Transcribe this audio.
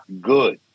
good